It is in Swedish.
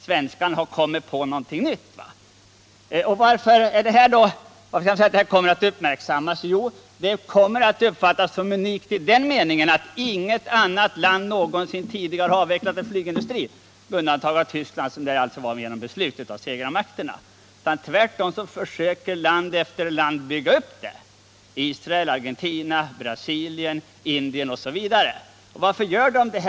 Svenskarna har kommit på något annat. Detta kommer att uppfattas som märkligt därför att inget annat land någonsin har avvecklat sin flygindustri, med undantag av Tyskland som gjorde det genom beslut av segrarmakterna. Tvärtom försöker land efter land att bygga upp sådan industri. Det gör Israel, Argentina, Indien m.fl. länder. Varför gör de det?